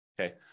Okay